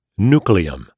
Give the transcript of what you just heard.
Nucleum